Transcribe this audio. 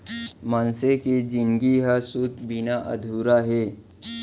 मनसे के जिनगी ह सूत बिना अधूरा हे